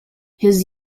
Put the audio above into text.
his